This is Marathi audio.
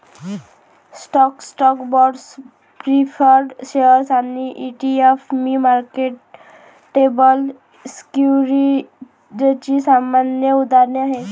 स्टॉक्स, बाँड्स, प्रीफर्ड शेअर्स आणि ई.टी.एफ ही मार्केटेबल सिक्युरिटीजची सामान्य उदाहरणे आहेत